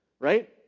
right